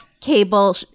cable